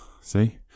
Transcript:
See